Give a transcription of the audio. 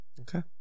Okay